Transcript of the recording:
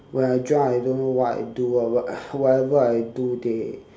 when I drunk I don't know what I do ah but whatever I do they